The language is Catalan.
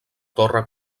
torre